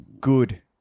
Good